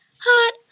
Hot